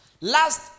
Last